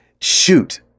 Shoot